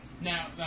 Now